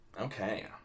Okay